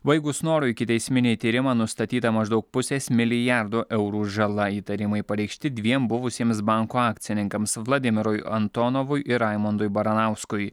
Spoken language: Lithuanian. baigus snoro ikiteisminį tyrimą nustatyta maždaug pusės milijardo eurų žala įtarimai pareikšti dviem buvusiems banko akcininkams vladimirui antonovui ir raimondui baranauskui